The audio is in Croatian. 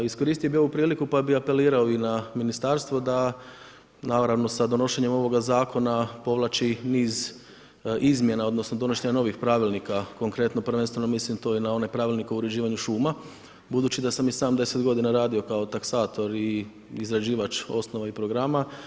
Iskoristio bih ovu priliku pa bih apelirao i na ministarstvo da, naravno sa donošenjem ovoga zakona povlači niz izmjena, odnosno donošenja novih pravilnika konkretno prvenstveno mislim to i na one pravilnike o uređivanju šuma budući da sam i sam deset godina radio kao taksator i izrađivač osnova i programa.